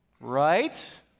Right